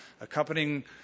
accompanying